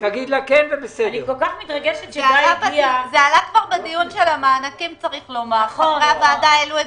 זה עלה בדיון של המענקים חברי הוועדה העלו את